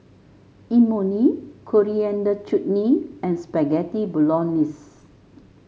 Imoni Coriander Chutney and Spaghetti Bolognese